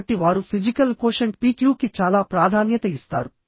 కాబట్టి వారు physical quotient PQ కి చాలా ప్రాధాన్యత ఇస్తారు